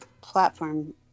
platform